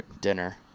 dinner